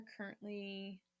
currently